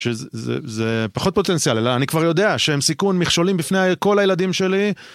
שזה פחות פוטנציאל, אלא אני כבר יודע שהם סיכון מכשולים בפני כל הילדים שלי.